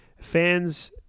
fans –